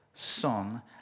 Son